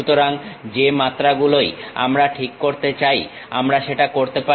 সুতরাং যে মাত্রাগুলোই আমরা ঠিক করতে চাই আমরা সেটা করতে পারি